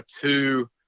two